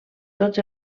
tots